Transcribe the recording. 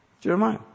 Jeremiah